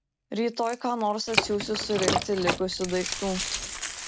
rytoj ką nors atsiųsiu surinkti likusių daiktų